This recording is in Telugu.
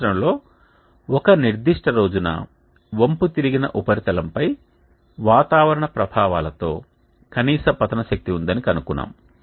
సంవత్సరంలో ఒక నిర్దిష్ట రోజున వంపుతిరిగిన ఉపరితలంపై వాతావరణ ప్రభావాలతో కనీస పతన శక్తి ఉందని కనుగొన్నాము